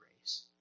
grace